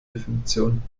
definitionen